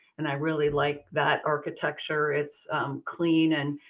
and i really like that architecture. it's clean and